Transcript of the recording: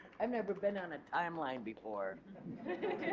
i've never been on a timeline before.